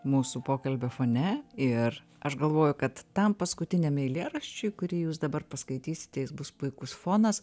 mūsų pokalbio fone ir aš galvoju kad tam paskutiniam eilėraščiui kurį jūs dabar paskaitysite jis bus puikus fonas